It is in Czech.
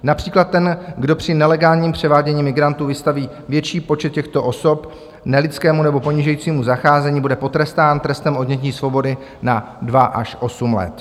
Například ten, kdo při nelegálním převádění migrantů vystaví větší počet těchto osob nelidskému nebo ponižujícímu zacházení, bude potrestán trestem odnětí svobody na dva až osm let.